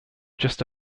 just